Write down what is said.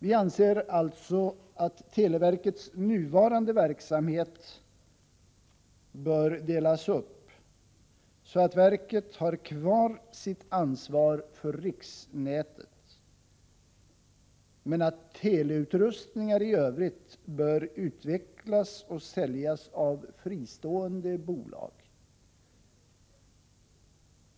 Vi anser alltså att televerkets nuvarande verksamhet bör delas upp så att verket har kvar sitt ansvar för riksnätet, men att teleutrustningar i övrigt bör utvecklas och säljas av fristående bolag.